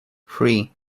three